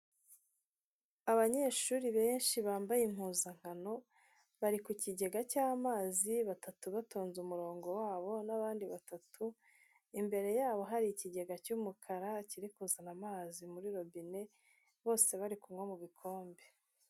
Abanyeshuri benshi bambaye impuzankano, bari ku kigega cy'amazi, batatu batonze umurongo wabo, n'abandi batatu, imbere yabo hari ikigega cy'umukara, kiri kuzana amazi muri robine, bose bari kunywa mu bikombe.